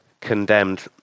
condemned